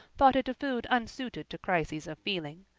thought it a food unsuited to crises of feeling,